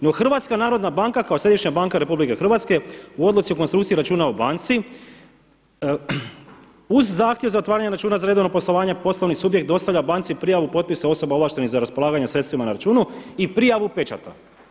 No Hrvatska narodna banka kao središnja banka RH u odluci u konstrukciji računa u banci uz zahtjev za otvaranjem računa za redovno poslovanje poslovni subjekt dostavlja banci prijavu potpisa osoba ovlaštenih za raspolaganje sredstvima na računu i prijavu pečata.